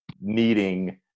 needing